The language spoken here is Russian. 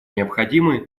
необходимы